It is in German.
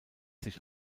sich